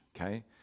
okay